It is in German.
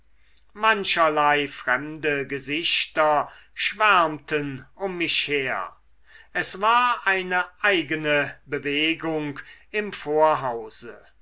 mancherlei fremde gesichter schwärmten um mich her es war eine eigene bewegung im vorhause